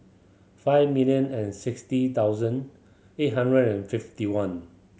five million and sixty thousand eight hundred and fifty one